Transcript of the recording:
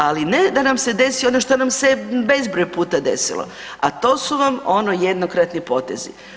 Ali, ne da nam se desi ono što nam se bezbroj puta desilo, a to su vam ono jednokratni potezi.